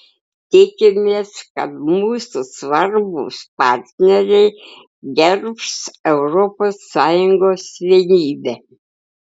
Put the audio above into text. tikimės kad mūsų svarbūs partneriai gerbs europos sąjungos vienybę